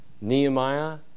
Nehemiah